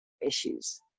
issues